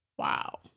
Wow